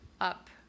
up